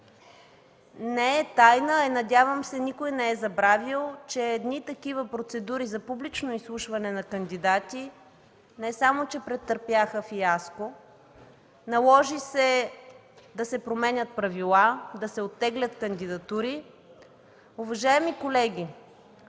Не е тайна, а и – надявам се, никой не е забравил, че едни такива процедури за публично изслушване на кандидати не само че претърпяха фиаско, а се наложи да се променят правила, да се оттеглят кандидатури. Уважаеми колеги,